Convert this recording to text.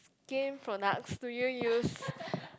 skin products do you use